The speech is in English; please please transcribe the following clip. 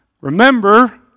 remember